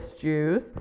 Jews